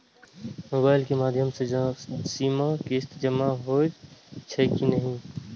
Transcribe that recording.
Mobile के माध्यम से सीमा किस्त जमा होई छै कि नहिं?